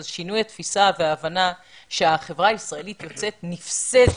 אז שינוי התפיסה וההבנה שהחברה הישראלית יוצאת נפסדת.